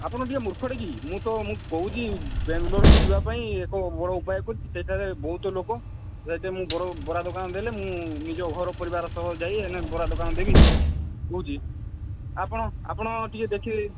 ଆପଣ ଟିକିଏ ମୂର୍ଖଟେ କି ମୁଁ ତ ମୁଁ କହୁଚି ବାଙ୍ଗଲୋରକୁ ଯିବା ପାଇଁ ଏକ ବଡ଼ ଉପାୟ କରିଚି ସେଇଠାରେ ବହୁତ ଲୋକ ସେଠରେ ମୁଁ ବରା ବରା ଦୋକାନ ଦେଲେ ମୁଁ ନିଜ ଘର ପରିବାର ସହ ଯାଇ ଏନେ ବରା ଦୋକାନ ଦେବି କହୁଛି ଆପଣ ଆପଣ ଟିକେ ଦେଖିବ